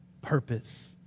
purpose